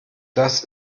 das